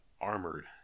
armored